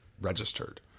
registered